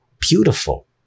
beautiful